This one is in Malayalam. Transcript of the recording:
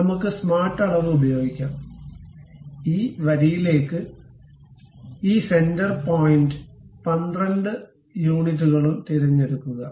നമുക്ക് സ്മാർട്ട് അളവ് ഉപയോഗിക്കാം ഈ വരിയിലേക്ക് ഈ സെന്റർ പോയിന്റ് 12 യൂണിറ്റുകളും തിരഞ്ഞെടുക്കുക